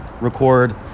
record